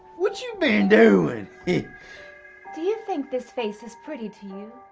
what you been doing? do you think this face is pretty to you?